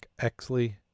Exley